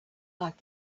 like